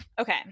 Okay